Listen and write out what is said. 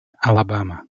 alabama